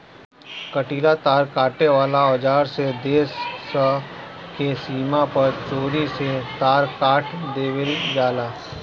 कंटीला तार काटे वाला औज़ार से देश स के सीमा पर चोरी से तार काट देवेल जाला